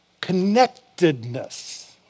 connectedness